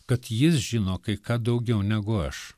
kad jis žino kai ką daugiau negu aš